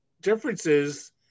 differences